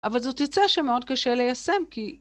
אבל זאת תוצאה שמאוד קשה ליישם כי...